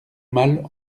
mal